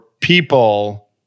people